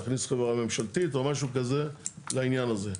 להכניס חברה ממשלתית או משהו כזה לעניין הזה.